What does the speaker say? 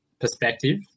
perspective